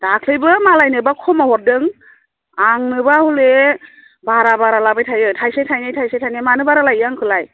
दाख्लैबो मालायनोब्ला खमाव हरदों आंनोबा हले बारा बारा लाबाय थायो थाइसे थाइनै थाइसे थाइनै मानो बारा लायो आंखोलाय